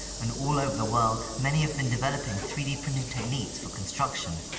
and all over the world, many have been developing three d printing techniques for construction.